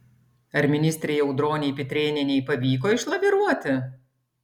ar ministrei audronei pitrėnienei pavyko išlaviruoti